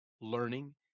learning